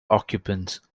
occupants